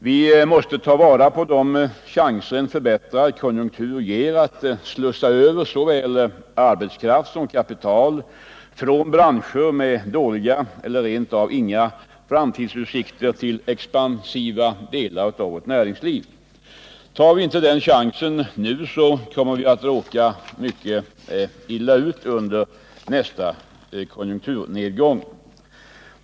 Vi måste ta vara på de chanser en förbättrad konjunktur ger att slussa över såväl arbetskraft som kapital från branscher med dåliga eller rent av inga framtidsutsikter till expansiva delar av vårt näringsliv. Tar vi inte denna chans nu så kommer vi att råka mycket illa ut under nästa konjunkturnedgång.